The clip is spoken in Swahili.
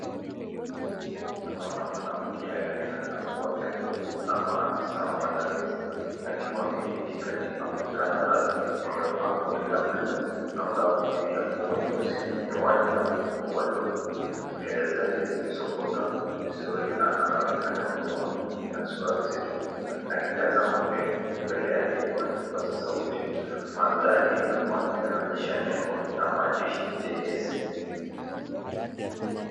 Tunaona mwanamke aliyeonekana kuwa kiongozi ama afisa mwandamizi akiwa ameketi katika mkutano rasmi. Amevaa koti la buluu angavu juu ya nguo nyeusi, miwani na mkufuu wa lulu. Nywele zake zimesokotwa vizuri na anaonekana mwenye umakini na sura nzito akitazama mbele. Mbele yake kuna kipaza sauti, mandhari ya nyuma inaonyesha nembwa na maandishi JIC